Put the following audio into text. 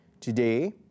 Today